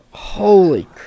holy